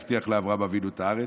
הוא הבטיח לאברהם אבינו את הארץ,